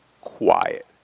quiet